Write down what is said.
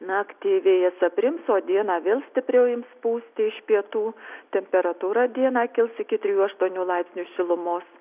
naktį vėjas aprims o dieną vėl stipriau ims pūsti iš pietų temperatūra dieną kils iki trijų aštuonių laipsnius šilumos